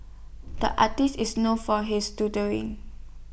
the artist is known for his doodle in